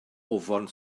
ofn